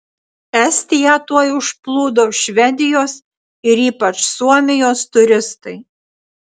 estiją tuoj užplūdo švedijos ir ypač suomijos turistai